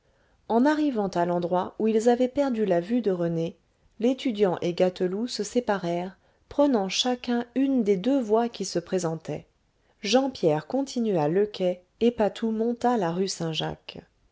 en arrivant à l'endroit où ils avaient perdu la vue de rené l'étudiant et gâteloup se séparèrent prenant chacun une des deux voies qui se présentaient jean pierre continua le quai et patou monta la rue saint-jacques